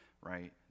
right